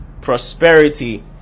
prosperity